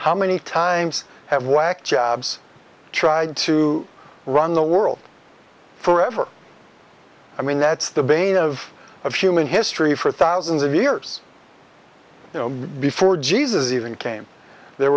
how many times have wack jobs tried to run the world forever i mean that's the bane of of human history for thousands of years before jesus even came there